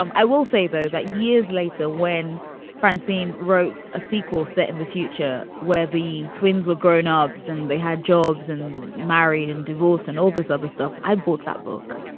um i will say, though, that years later, when francine wrote a sequel set in the future where the twins were grown ups and they had jobs and married and divorced and all this other stuff, i bought that book.